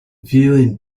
feeling